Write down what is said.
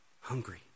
hungry